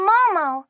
Momo